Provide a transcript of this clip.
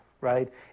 right